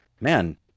man